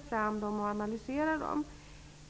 fram siffror och analysera dem.